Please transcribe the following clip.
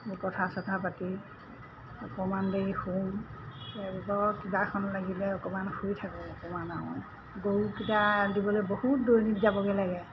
এই কথা চথা পাতি অকণমান দেৰি শুওঁ বৰ কিবাখন লাগিলে অকণমান শুই থাকোঁ অকণমান আৰু গৰুকেইটা এৰাল দিবলৈ বহুত দূৰণিত যাবগৈ লাগে